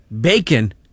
bacon